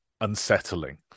unsettling